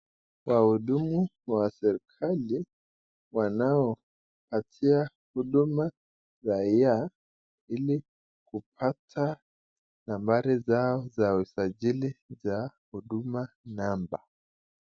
Wahudumu wa serikali wanaopatia huduma raia, ili kupata nambari zao za usajili za huduma namba.